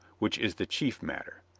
which is the chief matter.